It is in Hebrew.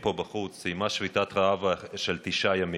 פה בחוץ סיימה שביתת רעב של תשעה ימים,